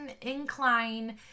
incline